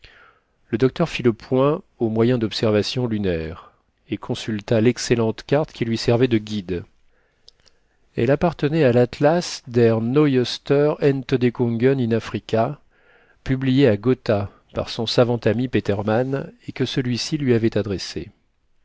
le docteur fit le point au moyen d'observations lunaires et consulta l'excellente carte qui lui servait de guide elle appartenait à l'atlas der neuester entedekungen afrika publié à gotha par son savant ami petermann et que celui-ci lui avait adressé